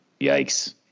yikes